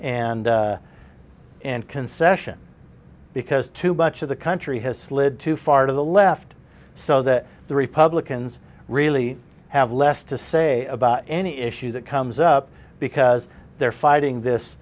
and and concession because too much of the country has slid too far to the left so that the republicans really have less to say about any issue that comes up because they're fighting this